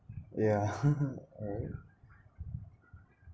yeah alright